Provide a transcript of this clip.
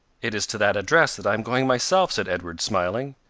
it is to that address that i am going myself, said edward, smiling.